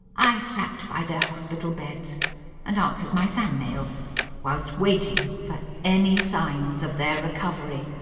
i sat by their hospital beds and answered my fan mail whilst waiting for any signs of their recovery.